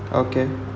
okay